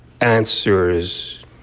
answers